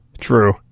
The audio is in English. True